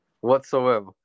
Whatsoever